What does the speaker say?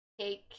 take